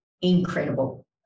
incredible